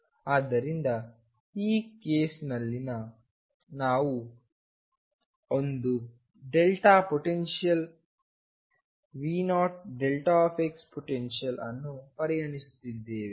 ಆದ್ದರಿಂದ ಈ ಕೇಸ್ ನಲ್ಲಿ ನಾವು ಒಂದು ಪೊಟೆನ್ಶಿಯಲ್V0δಪೊಟೆನ್ಶಿಯಲ್ ಅನ್ನು ಪರಿಗಣಿಸುತ್ತಿದ್ದೇವೆ